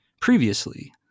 previously